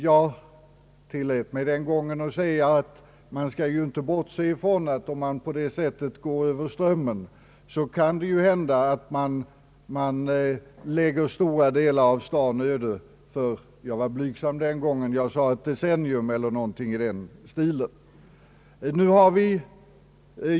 Jag tillät mig då att säga att vi inte bör bortse från att det, om man på detta sätt går över Strömmen, kan hända att man lägger stora delar av staden öde under jag var blygsam den gången och sade ett decennium eller något i den stilen.